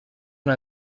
una